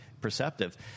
perceptive